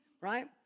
right